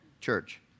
Church